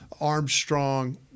Armstrong